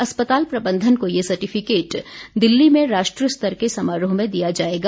अस्पताल प्रबंधन को ये सर्टिफिकेट दिल्ली में राष्ट्रीय स्तर के समारोह में दिया जाएगा